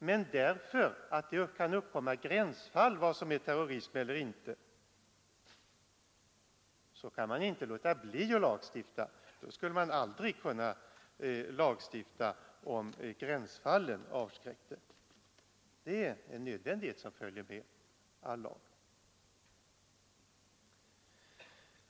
Men därför att det kan uppkomma gränsfall när det gäller vad som är terrorism eller ej får man inte låta bli att lagstifta. Om gränsfallen avskräckte skulle man aldrig kunna lagstifta — de är någonting som nödvändigtvis följer med all lag.